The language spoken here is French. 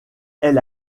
elle